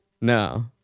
No